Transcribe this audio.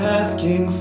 asking